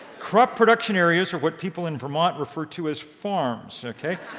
crop production areas are what people in vermont refer to as farms, okay.